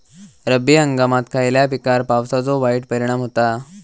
रब्बी हंगामात खयल्या पिकार पावसाचो वाईट परिणाम होता?